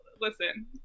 listen